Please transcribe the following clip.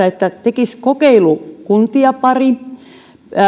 että valtio tekisi kokeilukuntia pari